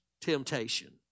temptation